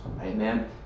Amen